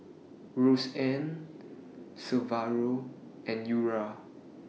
Roseanne Severo and Eura